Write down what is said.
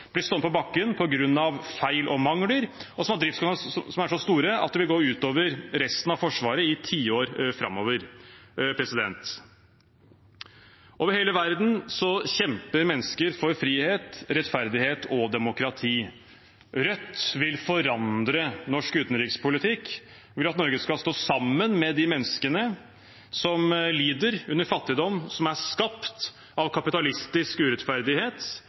blir stående på bakken på grunn av feil og mangler, og som har driftskostnader som er så store at det vil gå ut over resten av Forsvaret i tiår framover. Over hele verden kjemper mennesker for frihet, rettferdighet og demokrati. Rødt vil forandre norsk utenrikspolitikk og vil at Norge skal stå sammen med de menneskene som lider under fattigdom som er skapt av kapitalistisk urettferdighet,